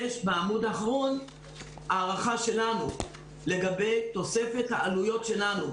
בעמוד האחרון יש הערכה שלנו לגבי תוספת העלויות שלנו,